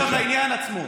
עכשיו לעניין עצמו,